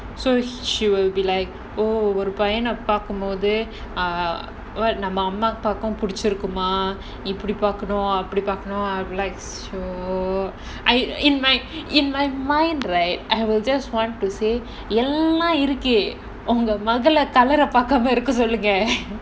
so she will be like oh ஒரு பையன பார்க்கும் பொது நம்ம அம்மா அப்பாகும் பிடிச்சிருக்குமா இப்டி பார்க்கணும் அப்டி பார்க்கணும்:oru paiyana paarkumpothu namma amma appakum pidichirukuma ipdi paarkanum apdi paarkanum I'm like so in my in my mind right I will just want to say எல்லாம் இருக்கு மொதல்ல:ellaam irukku mothalla colour eh பார்க்காம இருக்க சொல்லுங்க:paarkaama irukka sollunga